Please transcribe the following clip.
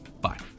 Bye